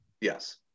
Yes